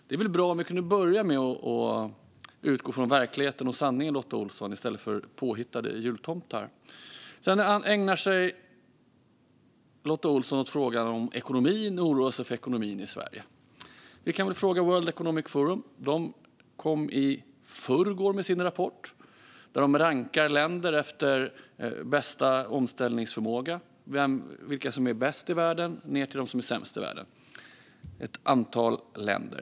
Det vore väl bra om vi kunde börja med att utgå från verkligheten och sanningen, Lotta Olsson, i stället för påhittade jultomtar. Sedan ägnar sig Lotta Olsson åt frågan om ekonomin och oroar sig för ekonomin i Sverige. Vi kan väl fråga World Economic Forum. De kom i förrgår med sin rapport där de rankar länder efter bästa omställningsförmåga - vilka som är bäst i världen ned till dem som är sämst i världen. Det är ett antal länder.